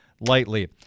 lightly